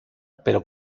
pero